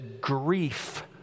grief